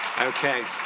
Okay